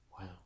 Wow